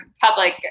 public